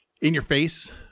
in-your-face